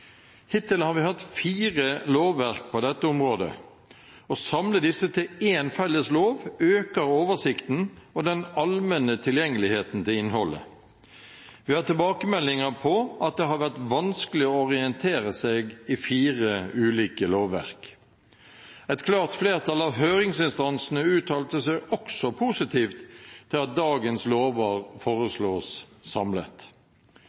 Hittil har vi hatt fire lovverk på dette området. Å samle disse til én felles lov øker oversikten og den allmenne tilgjengeligheten til innholdet. Vi har tilbakemeldinger på at det har vært vanskelig å orientere seg i fire ulike lovverk. Et klart flertall av høringsinstansene uttalte seg også positivt til at dagens lover foreslås samlet.